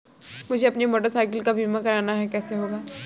मुझे अपनी motor cycle का बीमा करना है कैसे होगा?